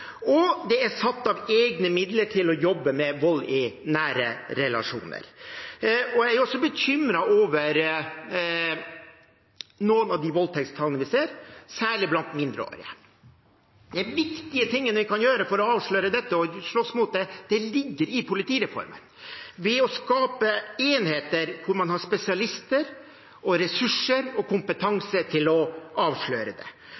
og det er satt av egne midler til å jobbe med vold i nære relasjoner. Jeg er også bekymret over noen av de voldtektstallene vi ser, særlig blant mindreårige. De viktige tingene vi kan gjøre for å avsløre dette og slåss mot det, ligger i politireformen, ved å skape enheter hvor man har spesialister, ressurser og kompetanse til å avsløre det.